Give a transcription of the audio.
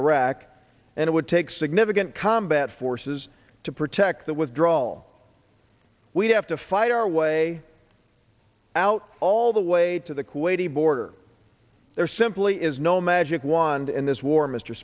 iraq and it would take significant combat forces to protect the withdraw we'd have to fight our way out all the way to the kuwaiti border there simply is no magic wand in this war mr